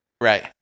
Right